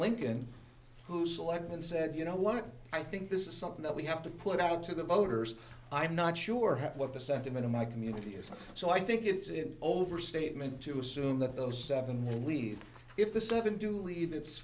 lincoln who select and said you know what i think this is something that we have to put out to the voters i'm not sure what the sentiment in my community is so i think it's an overstatement to assume that those seven would leave if the seven do leave it's